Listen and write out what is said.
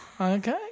Okay